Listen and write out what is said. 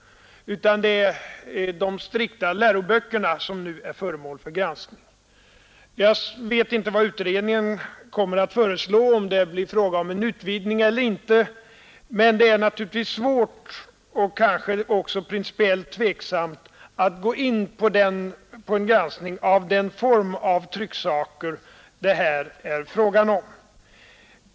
Det är de strikta läroböckerna som nu är föremål för granskning. Jag vet inte vad utredningen kommer att föreslå, om det blir fråga om en utvidgning eller inte, men det är naturligtvis svart och kanske också principiellt tveksamt om man skall gå in på en granskning av den form av trycksaker som det här är fråga om.